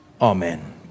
Amen